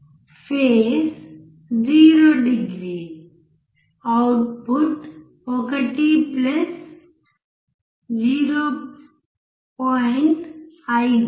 face 0 degree output 1 0